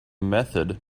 method